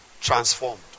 transformed